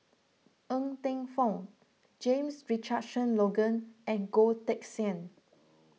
Ng Teng Fong James Richardson Logan and Goh Teck Sian